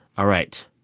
all right,